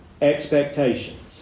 expectations